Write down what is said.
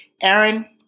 Aaron